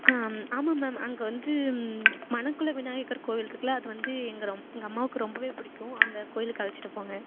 ஆமாம் மேம் அங்கே வந்து மணக்குள விநாயகர் கோயில் இருக்குல அது வந்து எங்கள் ரொம் எங்கள் அம்மாவுக்கு ரொம்பவே பிடிக்கும் அந்த கோயிலுக்கு அழைச்சிட்டு போங்க